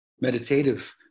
meditative